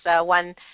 one –